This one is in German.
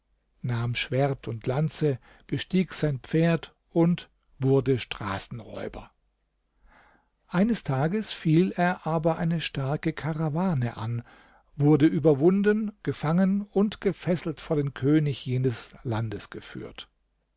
nahm schwert und lanze bestieg sein pferd und wurde straßenräuber eines tages fiel er aber eine starke karawane an wurde überwunden gefangen und gefesselt vor den könig jenes landes geführt